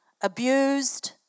abused